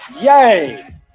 Yay